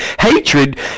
Hatred